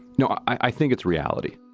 no, i think it's reality.